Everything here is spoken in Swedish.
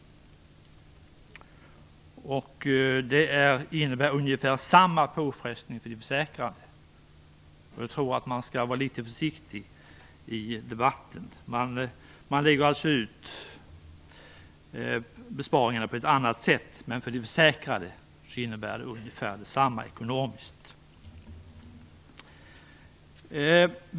Det innebär ungefär samma påfrestning för de försäkrade. Jag tror att man skall vara litet försiktig i debatten. Man lägger ut besparingarna på ett annat sätt, men för de försäkrade innebär det ekonomiskt ungefär detsamma.